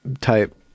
type